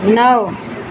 नौ